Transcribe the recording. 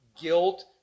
guilt